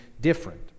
different